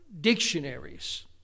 dictionaries